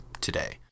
today